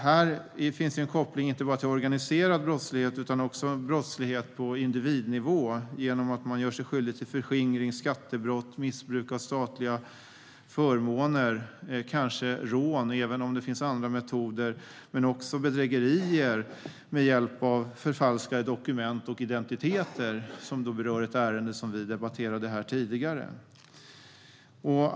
Här finns en koppling till inte bara organiserad brottslighet utan också brottslighet på individnivå genom att man gör sig skyldig till förskingring, skattebrott, missbruk av statliga förmåner och kanske rån, även om det finns andra metoder, men också bedrägeri med hjälp av förfalskade dokument och identiteter. Vi berörde ett sådant ärende när vi debatterade här tidigare.